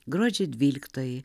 gruodžio dvyliktoji